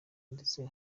ndetse